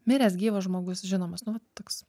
miręs gyvas žmogus žinomas nu va toks